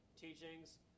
teachings